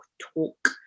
talk